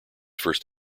first